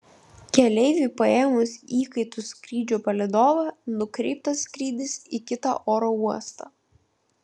keleiviui paėmus įkaitu skrydžio palydovą nukreiptas skrydis į kitą oro uostą